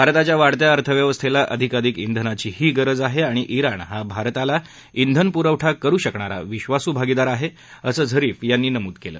भारताच्या वाढत्या अर्थव्यवस्थेला अधिकाधिक इंधनाचीही गरज आहे आणि इराण हा भारताला इंधन प्रवठा करू शकणारा विश्वास् भागिदार आहे असं झरीफ यांनी नमूद केलं